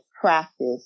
practice